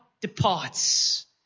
departs